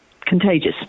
contagious